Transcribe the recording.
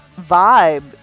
vibe